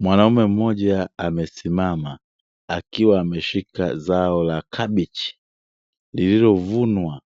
Mwanamume mmoja amesimama akiwa ameshika zao la kabichi lililovunwa